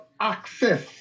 access